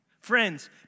Friends